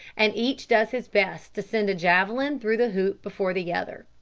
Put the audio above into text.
and each does his best to send a javelin through the hoop before the other.